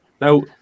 Now